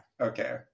Okay